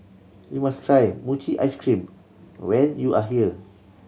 you must try mochi ice cream when you are here